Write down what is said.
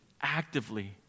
actively